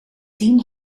team